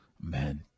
man